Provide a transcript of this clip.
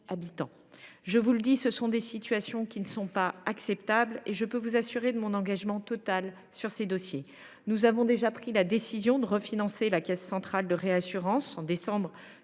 J’y insiste, ces situations ne sont pas acceptables et je peux vous assurer de mon engagement total sur ces dossiers. Nous avons déjà pris la décision de refinancer la Caisse centrale de réassurance en décembre 2023